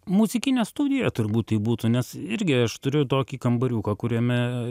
muzikinė studija turbūt tai būtų nes irgi aš turiu tokį kambariuką kuriame